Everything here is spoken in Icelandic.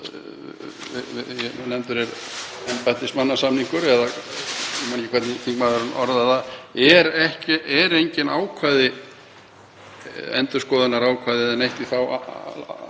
sem nefndur er embættismannasamningur, eða ég man ekki hvernig þingmaðurinn orðaði það, eru engin endurskoðunarákvæði eða neitt í þá